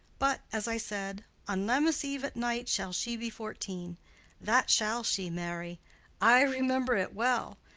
but, as i said, on lammas eve at night shall she be fourteen that shall she, marry i remember it well.